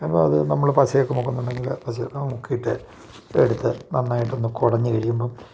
അപ്പം അത് നമ്മൾ പശയൊക്കെ മുക്കുന്നുണ്ടെങ്കിൽ പശയൊക്കെ മുക്കിയിട്ട് എടുത്ത് നന്നായിട്ടൊന്ന് കുടഞ്ഞു കഴിയുമ്പം